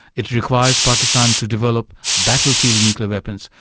it requires pakistan to develop battlefield nuclear weapons,